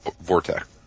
vortex